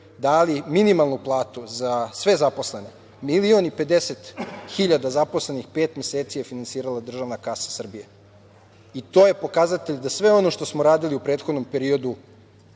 dali minimalnu platu za sve zaposlene milion i 50 hiljada zaposlenih pet meseci je finansirala državna kasa Srbije. To je pokazatelj da sve ono što smo radili u prethodnom periodu